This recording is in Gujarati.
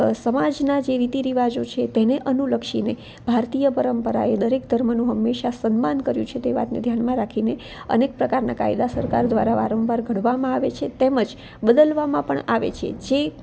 સમાજના જે રીતિ રિવાજો છે તેને અનુલક્ષીને ભારતીય પરંપરા એ દરેક ધર્મનું હંમેશાં સન્માન કર્યું છે તે વાતને ધ્યાનમાં રાખીને અનેક પ્રકારના કાયદા સરકાર દ્વારા વારંવાર ઘડવામાં આવે છે તેમ જ બદલવામાં પણ આવે છે જે